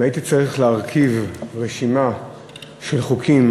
אם הייתי צריך להרכיב רשימה של חוקים